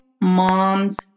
Moms